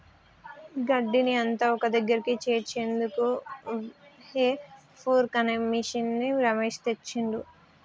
గడ్డిని అంత ఒక్కదగ్గరికి చేర్చేందుకు హే ఫోర్క్ అనే మిషిన్ని రమేష్ తెచ్చిండు